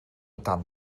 dan